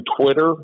Twitter